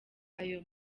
ayo